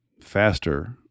faster